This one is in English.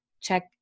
check